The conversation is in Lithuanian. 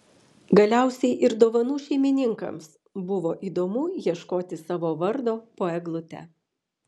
galiausiai ir dovanų šeimininkams bus įdomu ieškoti savo vardo po eglute